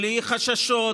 בלי חששות